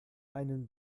einen